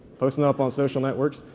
posting up on social networks.